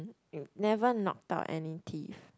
you never knock out any teeth